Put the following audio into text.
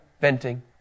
venting